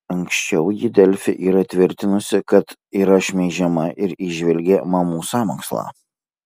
anksčiau ji delfi yra tvirtinusi kad yra šmeižiama ir įžvelgė mamų sąmokslą